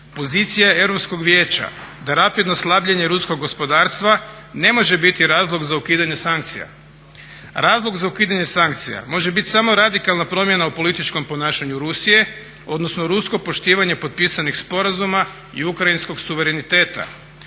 vijeća da rapidno slabljenje ruskog gospodarstva ne može biti razlog za ukidanje sankcija. Razlog za ukidanje sankcija može biti samo radikalna promjena u političkom ponašanju Rusije, odnosno rusko poštivanje potpisanih sporazuma i ukrajinskog suvereniteta.